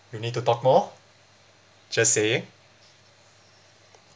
you need to talk more just say